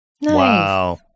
Wow